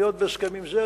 להיות בהסכם עם זה,